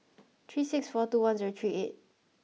three six four two one zero three eight